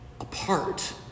apart